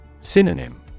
Synonym